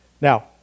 Now